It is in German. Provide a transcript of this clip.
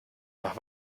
nach